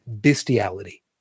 bestiality